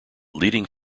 leading